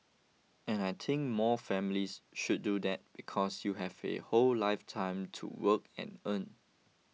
and I think more families should do that because you have a whole lifetime to work and earn